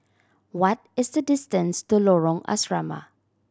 what is the distance to Lorong Asrama